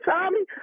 Tommy